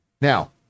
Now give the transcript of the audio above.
Now